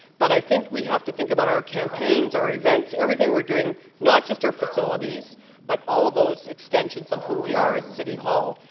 but i think we have to think about our campaigns, our events, everything we are doing not just our facilities but all those extensions of who we are as city hall.